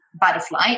butterfly